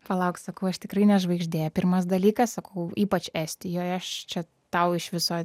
palauk sakau aš tikrai ne žvaigždė pirmas dalykas sakau ypač estijoj aš čia tau iš viso